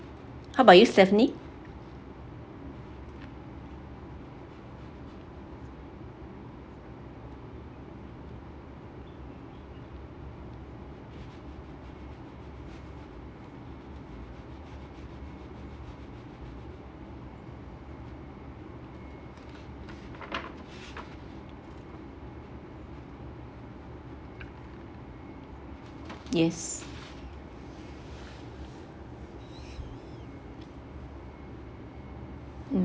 how about you stephanie